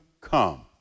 come